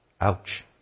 Ouch